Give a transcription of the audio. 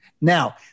Now